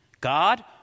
God